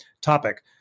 topic